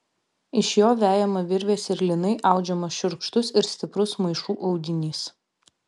iš jo vejama virvės ir lynai audžiamas šiurkštus ir stiprus maišų audinys